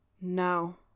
No